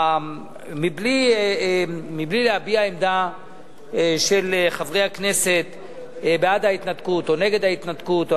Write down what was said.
בלי להביע עמדה של חברי הכנסת בעד ההתנתקות או נגד ההתנתקות,